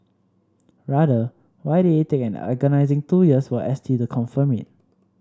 rather why did it take an agonising two years for S T to confirm it